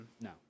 No